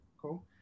cool